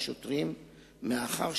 תודה, אדוני.